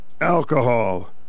alcohol